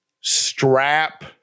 strap